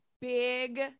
big